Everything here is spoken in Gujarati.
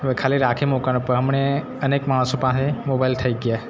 હવે ખાલી રાખી મૂકવાનું પણ હમણે અનેક માણસો પાસે મોબાઈલ થઈ ગયા